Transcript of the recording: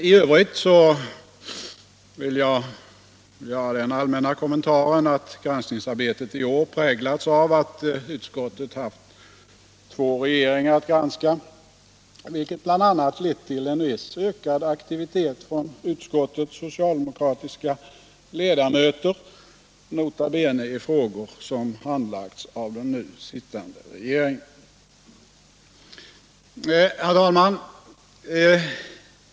I övrigt vill jag bara göra den allmänna kommentaren att granskningsarbetet i år präglats av att utskottet haft två regeringar att granska, vilket bl.a. lett till en viss ökad aktivitet från utskottets socialdemokratiska ledamöter, nota bene i frågor som handlagts av den nu sittande regeringen. Herr talman!